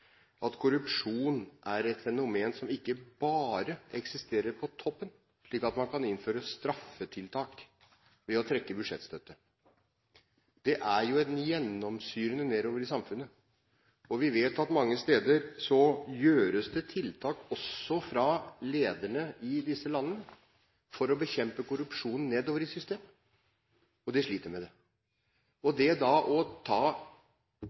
at korrupsjon er et fenomen som ikke bare eksisterer på toppen, slik at man kan innføre straffetiltak ved å trekke budsjettstøtte. Det er jo gjennomsyrende nedover i samfunnet. Vi vet at det mange steder gjøres tiltak, også fra lederne i disse landene, for å bekjempe korrupsjonen nedover i systemet, og at de sliter med det. Det å ta